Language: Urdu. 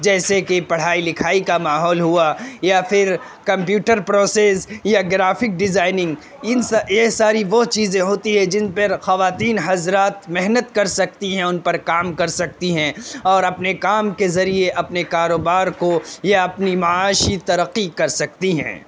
جیسےکہ پڑھائی لکھائی کا ماحول ہوا یا پھر کمپیوٹر پروسز یا گرافک ڈیزائنگ ان سا یہ ساری وہ چیزیں ہوتی ہیں جن پر خواتین حضرات محنت كر سكتی ہیں ان پر کام کر سکتی ہیں اور اپنے کام کے ذریعے اپنے كاروبار كو یا اپنی معاشی ترقی كر سكتی ہیں